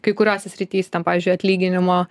kai kuriose srityse ten pavyzdžiui atlyginimo